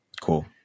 Cool